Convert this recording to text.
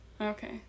Okay